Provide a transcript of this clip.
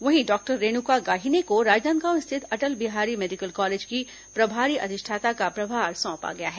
वहीं डॉक्टर रेणुका गाहिने को राजनांदगांव स्थित अटल बिहारी मेडिकल कालेज की प्रभारी अधिष्ठाता का प्रभार सौंपा गया है